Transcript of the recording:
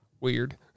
weird